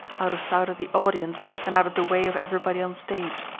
out of sight of the audience and out of the way of everybody on stage.